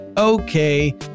Okay